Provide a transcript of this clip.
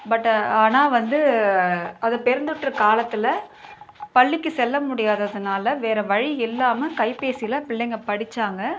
பட்டு ஆனால் வந்து அது பெருந்தொற்று காலத்தில் பள்ளிக்குச் செல்ல முடியாததுனால வேறு வழியில்லாமல் கைபேசியில பிள்ளைங்கள் படிச்சாங்க